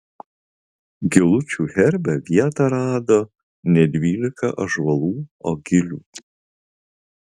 gilučių herbe vietą rado ne dvylika ąžuolų o gilių